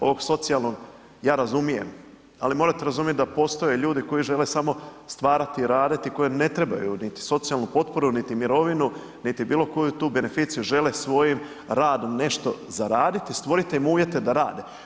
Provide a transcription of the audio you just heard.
Ovo socijalnog ja razumijem, ali morate razumjeti da postoje ljudi koji žele samo stvarati i raditi koje ne trebaju niti socijalnu potporu, niti mirovinu, niti bilo koju tu beneficiju žele svojim radom nešto zaraditi i stvorite im uvjete da rade.